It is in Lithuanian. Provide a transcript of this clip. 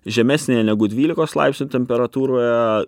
žemesnėje negu dvylikos laipsnių temperatūroje